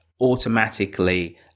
automatically